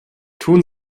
tun